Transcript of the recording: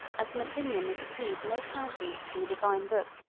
as an opinion that received no countenance from the divine book,